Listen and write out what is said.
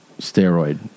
steroid